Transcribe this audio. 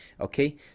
okay